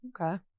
Okay